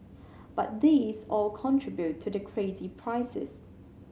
but these all contribute to the crazy prices